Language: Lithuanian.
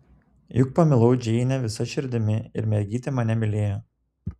juk pamilau džeinę visa širdimi ir mergytė mane mylėjo